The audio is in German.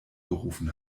gerufen